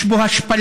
יש בו השפלה,